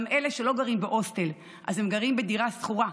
גם אלה שלא גרים בהוסטל אז הם גרים בדירה שכורה,